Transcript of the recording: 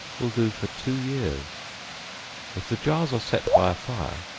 will do for two years if the jars are set by a fire,